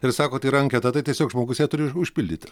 ir sakot yra anketa tai tiesiog žmogus ją turi užpildyti